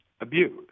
abused